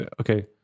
okay